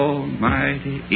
Almighty